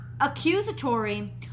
accusatory